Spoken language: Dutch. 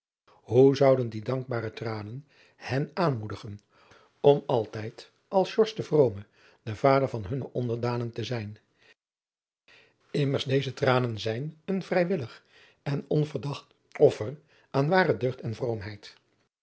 oe zouden die dankbare tranen hen aanmoedigen om altijd als de vrome de vader van hunne onderdanen te zijn mmers deze tranen zijn een vrijwillig en onverdacht offer aan ware deugd en